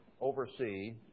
oversee